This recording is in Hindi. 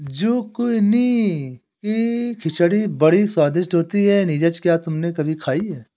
जुकीनी की खिचड़ी बड़ी स्वादिष्ट होती है नीरज क्या तुमने कभी खाई है?